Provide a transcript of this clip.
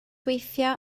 weithio